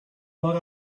mor